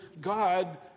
God